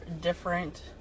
different